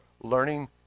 learning